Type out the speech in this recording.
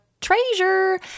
treasure